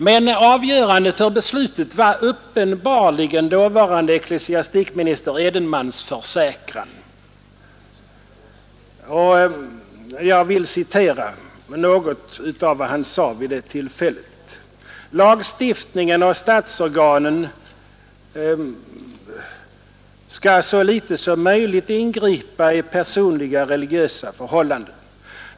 Men avgörande för beslutet var uppenbarligen dåvarande ecklesiastikminister Edenmans försäkran, och jag vill citera något av vad han sade vid det tillfället. Ecklesiastik ministern uttalade att ”lagstiftningen och statsorganen skall så litet som möjligt ingripa i personliga religiösa förhållanden.